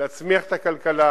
להצמיח את הכלכלה